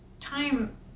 time